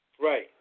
Right